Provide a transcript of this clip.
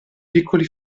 piccoli